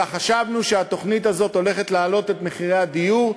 אלא חשבנו שהתוכנית הזאת הולכת להעלות את מחירי הדיור,